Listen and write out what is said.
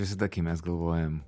visada kai mes galvojam